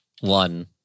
one